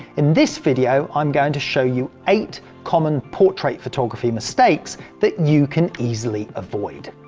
in this video, i'm going to show you eight common portrait photography mistakes that you can easily avoid.